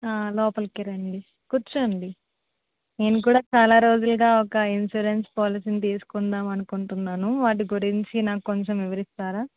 లోపలికి రండి కూర్చోండి నేను కూడ చాలా రోజులుగా ఒక ఇన్స్యూరెన్స్ పాలసీ ని తీసుకుందాం అనుకుంటున్నాను వాటి గురించి నాకు కొంచెం వివరిస్తారా